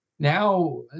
Now